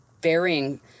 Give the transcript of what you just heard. varying